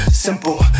Simple